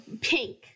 Pink